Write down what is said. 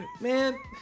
man